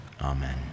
Amen